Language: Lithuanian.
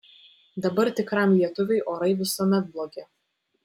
dabar tikram lietuviui orai visuomet blogi